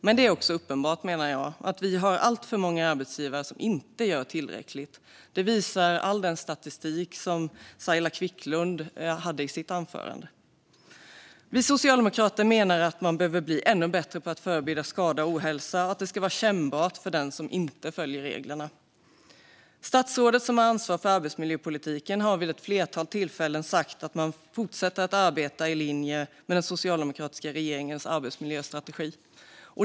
Men jag menar att det är uppenbart att vi också har alltför många arbetsgivare som inte gör tillräckligt. Detta visar all den statistik som Saila Quicklund nämnde i sitt anförande. Vi socialdemokrater menar att man behöver bli ännu bättre på att förebygga skada och ohälsa och att det ska vara kännbart för den som inte följer reglerna. Det statsråd som har ansvar för arbetsmiljöpolitiken har vid ett flertal tillfällen sagt att man fortsätter att arbeta i linje med den socialdemokratiska regeringens arbetsmiljöstrategi.